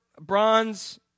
bronze